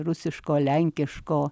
rusiško lenkiško